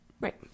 right